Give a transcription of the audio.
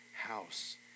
house